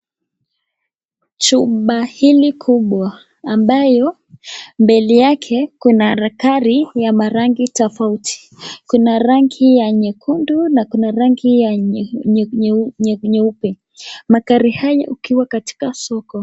Chumba hili kubwa ambayo mbele yake kuna magari ya marangi tofauti. Kuna rangi ya nyekundu na kuna rangi ya nyeupe. Magari hayo yakiwa katika soko.